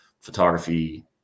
photography